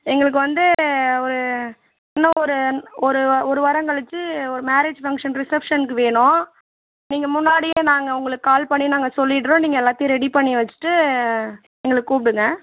எங்களுக்கு வந்து ஒரு இன்னும் ஒரு ஒரு வ ஒரு வாரம் கழிச்சு ஒரு மேரேஜ் ஃபங்க்ஷன் ரிசப்ஷனுக்கு வேணும் நீங்கள் முன்னாடியே நாங்கள் உங்களுக்கு கால் பண்ணி நாங்கள் சொல்லிடறோம் நீங்கள் எல்லாத்தையும் ரெடி பண்ணி வெச்சுட்டு எங்களை கூப்பிடுங்க